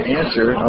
answer